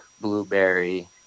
blueberry